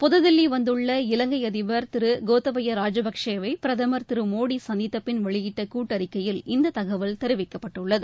புத்தில்லி வந்துள்ள இலங்கை அதிபர் கோத்தபய ராஜபக்சேவை பிரதமர் மோடி சந்தித்தப்பின் வெளியிட்ட கூட்டறிக்கையில் இந்த தகவல் தெரிவிக்கப்பட்டுள்ளது